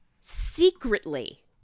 secretly